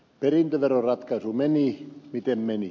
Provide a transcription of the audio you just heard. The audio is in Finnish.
perintöveroratkaisu meni miten meni